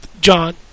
John